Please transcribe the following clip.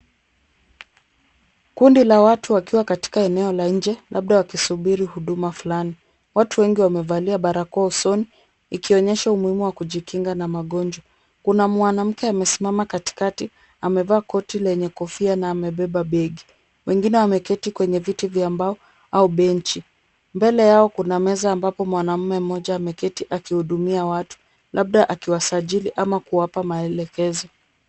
Kundi la watu wakiwa katika eneo la nje labda wakisubiri huduma fulani. Watu wengi wamevalia barakoa usoni ikionyesha umuhimu wa kujikinga na magonjwa. Kuna mwanamke amesimama katikati amevaa koti lenye kofia na amebeba begi. Wengine wameketi kwenye viti vya mbao au benchi. Mbele yao kuna meza ambapo mwanamume mmoja ameketi akihudumia watu labda akiwasajili ama kuwapa maelekezo.